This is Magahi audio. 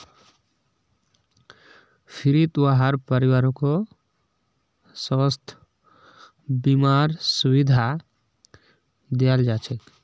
फ्रीत वहार परिवारकों स्वास्थ बीमार सुविधा दियाल जाछेक